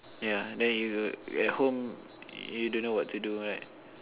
ya then you at home you don't know what to do right